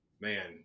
man